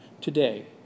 Today